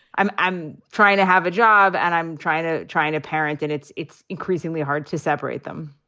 i'm i'm trying to have a job and i'm trying to trying to parent. and it's it's increasingly hard to separate them